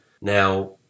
Now